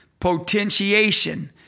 potentiation